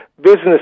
Business